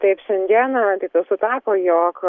taip šiandieną taip jau sutapo jog